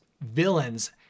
villains